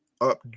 up